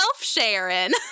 sharon